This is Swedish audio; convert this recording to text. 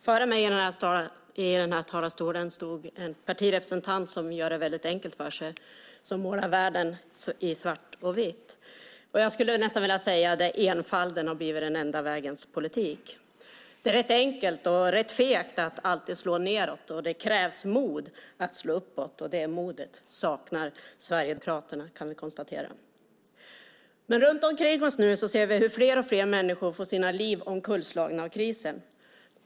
Herr talman! Före mig i denna talarstol stod en partirepresentant som gör det enkelt för sig och målar världen i svart och vitt och där enfalden har blivit den enda vägens politik. Det är enkelt och fegt att alltid slå nedåt, och det krävs mod att slå uppåt. Det modet saknar Sverigedemokraterna. Runt omkring oss ser vi hur fler och fler människor får sina liv sönderslagna av krisen.